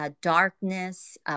darkness